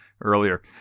earlier